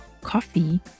coffee